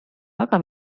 väga